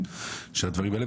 של הדברים האלה.